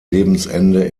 lebensende